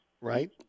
Right